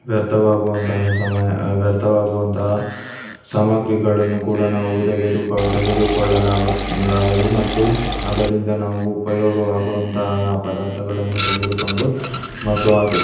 ವ್ಯರ್ಥವಾಗುವಂತಹ ಸಮಯ ವ್ಯರ್ಥವಾಗುವಂತಹ ಸಾಮಾಗ್ರಿಗಳನ್ನು ಕೂಡ ನಾವು ತೆಗೆದುಕೊ ತೆಗೆದುಕೊಳ್ಳಲಾಗು ಲಾಗದು ಮತ್ತು ಅದರಿಂದ ನಾವು ಉಪಯೋಗವಾಗುವಂಥ ಪದಾರ್ಥಗಳನ್ನು ತೆಗೆದುಕೊಂಡು ಮತ್ತು ಅದು